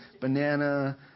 banana